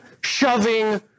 shoving